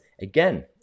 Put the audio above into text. Again